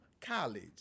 college